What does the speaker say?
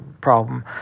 problem